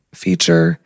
feature